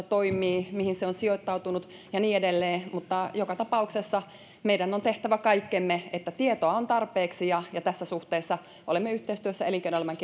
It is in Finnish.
toimii mihin se on sijoittautunut ja niin edelleen mutta joka tapauksessa meidän on tehtävä kaikkemme että tietoa on tarpeeksi tässä suhteessa olemme yhteistyössä elinkeinoelämän